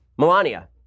Melania